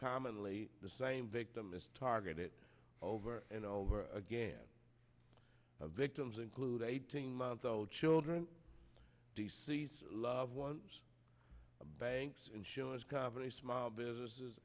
commonly the same victim is targeted over and over again the victims include eighteen month old children dc's loved ones banks insurance companies small businesses